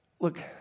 Look